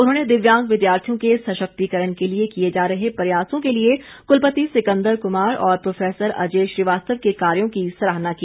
उन्होंने दिव्यांग विद्यार्थियों के सशक्तिकरण के लिए किए जा रहे प्रयासों के लिए कलपति सिकंदर कृमार और प्रोफेसर अजय श्रीवास्तव के कार्यो की सराहना की